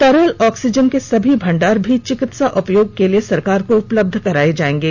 तरल ऑक्सीजन के सभी भंडार भी चिकित्सा उपयोग के लिए सरकार को उपलब्ध कराए जाएंगे